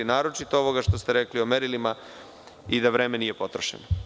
Naročito, ovoga što ste rekli o merilima i da vreme nije potrošeno.